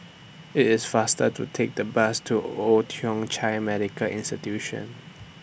IT IS faster to Take The Bus to Old Thong Chai Medical Institution